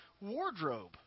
wardrobe